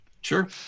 Sure